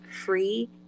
free